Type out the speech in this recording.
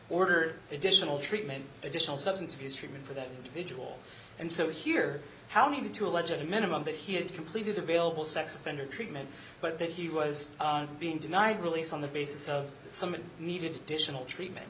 order additional treatment additional substance abuse treatment for that individual and so here how many to a legit minimum that he had completed available sex offender treatment but that he was being denied released on the basis of some needed to additional treatment